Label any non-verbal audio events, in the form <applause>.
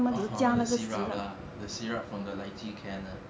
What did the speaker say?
<laughs> the syrup lah the syrup from the lychee can lah